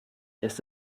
ist